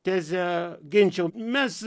tezę ginčiau mes